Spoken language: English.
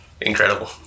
incredible